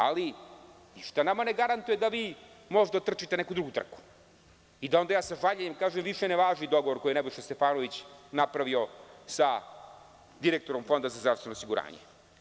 Ali, ništa nama ne garantuje da vi možda optrčite neku drugu trku i da ja onda sa žaljenjem kažem da više ne važi dogovor koji je Nebojša Stefanović napravio sa direktorom Fonda za zdravstveno osiguranje.